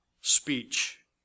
speech